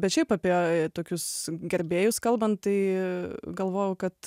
bet šiaip apie tokius gerbėjus kalbant tai galvojau kad